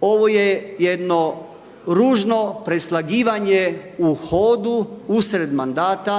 Ovo je jedno ružno preslagivanje u hodu usred mandata